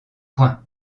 points